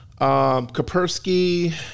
Kapersky